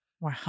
Wow